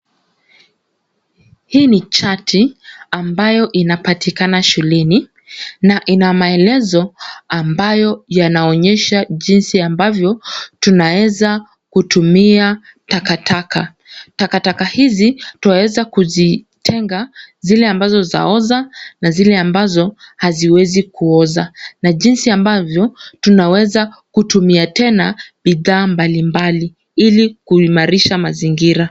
Hii ni chati ambayo inapatikana shuleni na ina maelezo ambayo yanaonyesha jinsi ambavyo tunaweza kutumia takataka. Takataka hizi twaweza kuzitenga zile ambazo zaoza na zile ambazo haziwezi kuoza na jinsi ambavyo tunaweza kutumia tena bidhaa mbalimbali, ili kuimarisha mazingira.